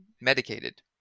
medicated